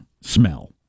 smell